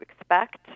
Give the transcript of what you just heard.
expect